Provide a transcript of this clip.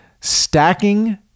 stacking